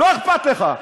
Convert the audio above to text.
לא אכפת לך.